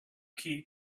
key